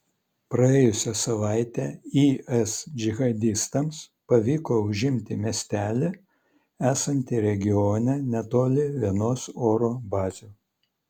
praėjusią savaitę is džihadistams pavyko užimti miestelį esantį regione netoli vienos oro bazių